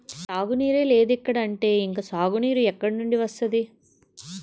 తాగునీరే లేదిక్కడ అంటే ఇంక సాగునీరు ఎక్కడినుండి వస్తది?